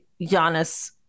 Giannis